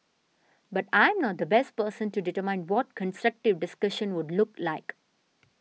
but I am not the best person to determine what constructive discussion would look like